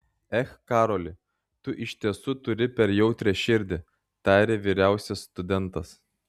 ech karoli tu iš tiesų turi per jautrią širdį tarė vyriausias studentas